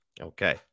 Okay